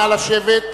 נא לשבת,